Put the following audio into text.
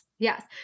Yes